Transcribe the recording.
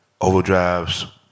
overdrives